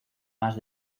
más